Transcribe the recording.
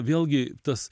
vėlgi tas